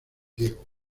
diego